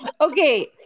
Okay